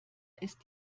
ist